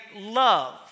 love